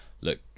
look